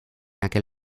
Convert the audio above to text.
aquel